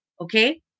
okay